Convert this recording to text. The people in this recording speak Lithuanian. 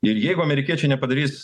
ir jeigu amerikiečiai nepadarys